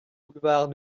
boulevard